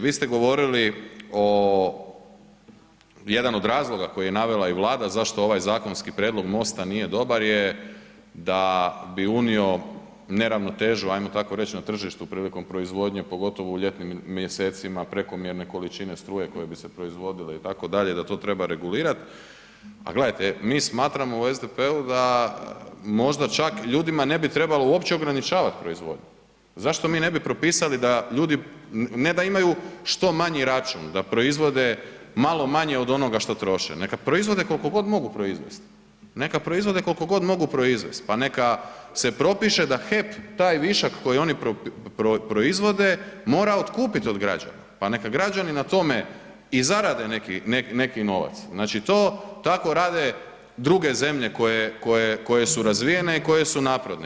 Vi ste govorili o, jedan od razloga koji je navela i Vlada zašto ovaj zakonski prijedlog MOST-a nije dobar je da bi unio neravnotežu, ajmo tako reći, na tržištu prilikom proizvodnje, pogotovo u ljetnim mjesecima prekomjerne količine struje koje bi se proizvodile itd., da to treba regulirat, a gledajte, mi smatramo u SDP-u da možda čak ljudima ne bi trebalo uopće ograničavat proizvodnju, zašto mi ne bi propisali da ljudi, ne da imaju što manji račun, da proizvode malo manje od onoga što troše, neka proizvode koliko god mogu proizvesti, neka proizvode koliko god mogu proizvest, pa neka se propiše da HEP taj višak koji oni proizvode, mora otkupit od građana, pa neka građani na tome i zarade neki novac, znači, to, tako rade druge zemlje koje su razvijene i koje su napredne.